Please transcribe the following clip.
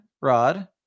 Rod